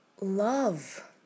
love